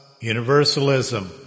universalism